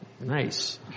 nice